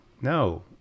No